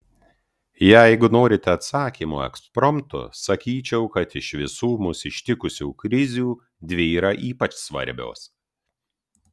jeigu norite atsakymo ekspromtu sakyčiau kad iš visų mus ištikusių krizių dvi yra ypač svarbios